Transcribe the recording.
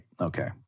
Okay